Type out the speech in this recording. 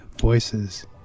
voices